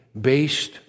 based